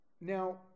Now